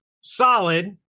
solid